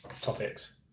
topics